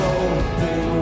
open